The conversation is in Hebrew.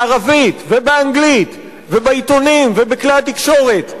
בערבית ובאנגלית ובעיתונים ובכלי התקשורת,